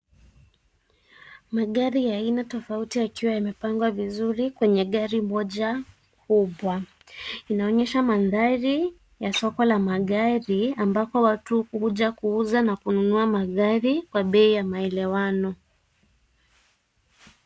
Magari ya aina tofauti yakiwa yamepangwa vizuri kwenye gari moja kubwa. Inaonyesha mandhari ya soko la magari ambapo watu huja kuuza na kununua magari kwa bei ya maelewano.